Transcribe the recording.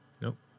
Nope